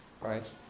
Right